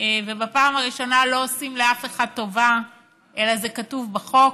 ובפעם הראשונה לא עושים לאף אחד טובה אלא זה כתוב בחוק.